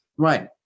Right